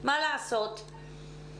מה לעשות?